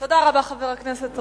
תודה רבה, חבר הכנסת אורון.